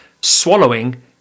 Swallowing